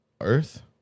Earth